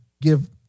give